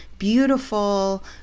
beautiful